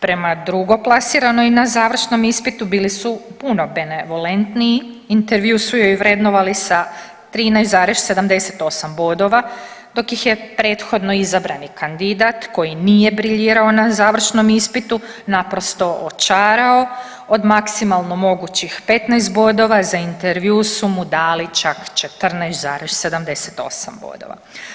Prema drugoplasiranoj na završnom ispitu bili su puno benevolentniji, intervjuu su joj vrednovali sa 13,78 bodova, dok ih je prethodno izabrani kandidat koji nije briljirao na završnom ispitu naprosto očarao od maksimalno mogućih 15 bodova za intervjuu su mu dali čak 14,78 bodova.